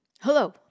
Hello